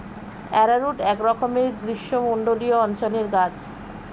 arrowroot একরকমের গ্রীষ্মমণ্ডলীয় অঞ্চলের গাছ